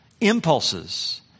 impulses